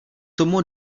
tomu